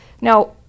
Now